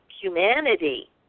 humanity